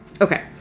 Okay